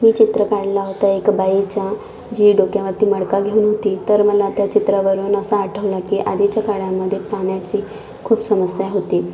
मी चित्र काढला होता एका बाईचा जी डोक्यावरती मडकं घेऊन होती तर मला त्या चित्रावरून असं आठवलं की आधीच्या काळामध्ये पाण्याची खूप समस्या होती